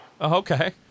Okay